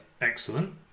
Excellent